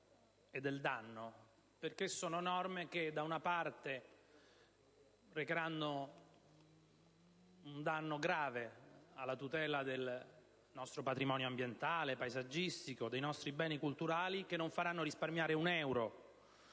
e di danno, perché sono norme che, da una parte, recheranno un danno grave alla tutela del nostro patrimonio ambientale e paesaggistico e dei nostri beni culturali e, dall'altra, non faranno risparmiare un euro